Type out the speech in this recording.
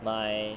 my